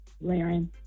Laren